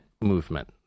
movement